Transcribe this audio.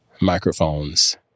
microphones